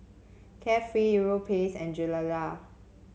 Carefree Europace and Gilera